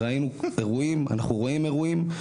אנחנו רואים אירועים,